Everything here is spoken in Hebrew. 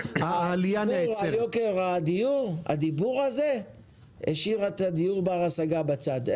הדיבור על התייקרות הדיור השאיר את הדיור בר ההשגה בצד.